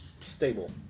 stable